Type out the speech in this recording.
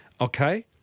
Okay